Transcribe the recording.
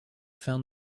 found